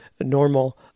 normal